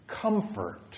comfort